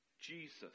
Jesus